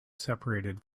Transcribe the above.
separated